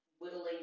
whittling